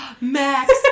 Max